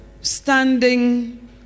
standing